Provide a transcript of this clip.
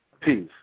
Peace